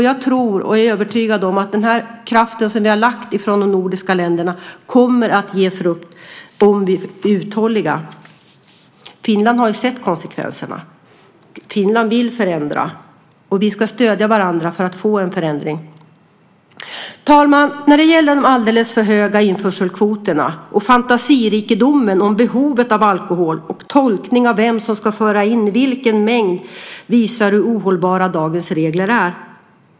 Jag är övertygad om att den kraft som vi från de nordiska länderna lagt på detta kommer att bära frukt om vi är uthålliga. Finland har ju sett konsekvenserna. Finland vill förändra, och vi ska stödja varandra för att få en ändring till stånd. Fru talman! När det gäller de alldeles för höga införselkvoterna visar den fantasirikedom som finns om behovet av alkohol och tolkningen av vem som ska få föra in och vilken mängd hur ohållbara dagens regler är.